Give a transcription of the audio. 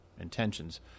intentions